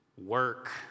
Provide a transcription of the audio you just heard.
Work